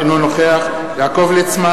(קורא בשמות חברי הכנסת) יעקב ליצמן